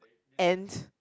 ants